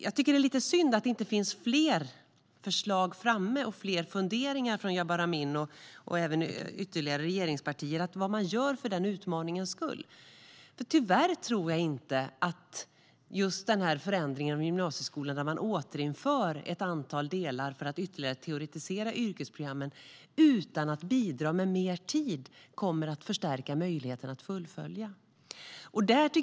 Jag tycker att det är lite synd att det inte finns fler förslag och funderingar från Jabar Amin och andra företrädare för regeringspartierna om vad man gör för den utmaningen. Tyvärr tror jag inte att detta att man återinför ett antal delar för att ytterligare teoretisera yrkesprogrammen, utan att bidra med mer tid, kommer att förstärka möjligheten att fullfölja utbildningen.